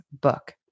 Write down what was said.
book